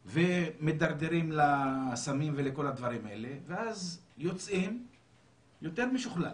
ומידרדרים לסמים ולכל הדברים האלה ואז יוצאים יותר משוכללים.